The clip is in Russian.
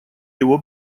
его